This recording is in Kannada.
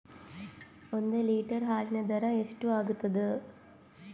ಒಂದ್ ಲೀಟರ್ ಹಾಲಿನ ದರ ಎಷ್ಟ್ ಆಗತದ?